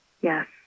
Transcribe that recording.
Yes